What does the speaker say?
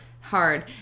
Hard